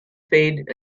fade